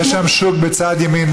בצד ימין,